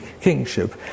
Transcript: kingship